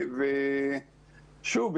שוב,